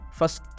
first